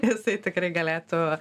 jisai tikrai galėtų